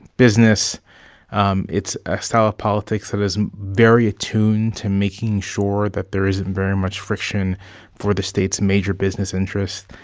business um it's a style of politics that is very attuned to making sure that there isn't very much friction for the state's major business interests,